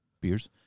beers